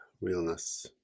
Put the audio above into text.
Realness